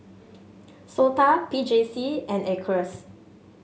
SOTA P J C and Acres